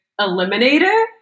eliminator